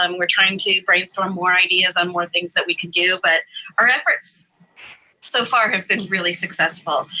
um we're trying to brainstorm more ideas on more things that we can do, but our efforts so far have been really successful.